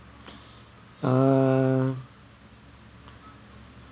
err